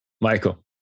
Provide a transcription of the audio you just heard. Michael